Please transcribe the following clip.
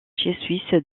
suisse